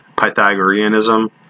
Pythagoreanism